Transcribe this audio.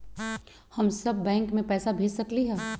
हम सब बैंक में पैसा भेज सकली ह?